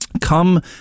come